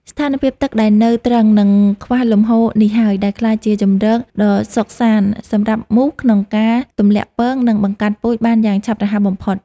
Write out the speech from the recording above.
ស្ថានភាពទឹកដែលនៅទ្រឹង និងខ្វះលំហូរនេះហើយ ដែលក្លាយជាជម្រកដ៏សុខសាន្តសម្រាប់មូសក្នុងការទម្លាក់ពង និងបង្កាត់ពូជបានយ៉ាងឆាប់រហ័សបំផុត។